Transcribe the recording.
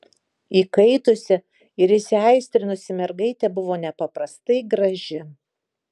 įkaitusi ir įsiaistrinusi mergaitė buvo nepaprastai graži